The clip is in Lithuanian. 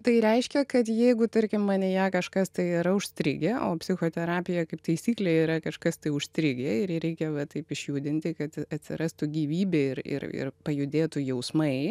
tai reiškia kad jeigu tarkim manyje kažkas tai yra užstrigę o psichoterapija kaip taisyklė yra kažkas tai užstrigę ir reikia taip išjudinti kad atsirastų gyvybė ir ir ir pajudėtų jausmai